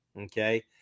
Okay